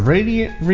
Radiant